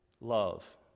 Love